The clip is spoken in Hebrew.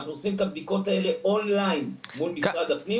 אנחנו עושים את הבדיקות האלה און-ליין מול משרד הפנים.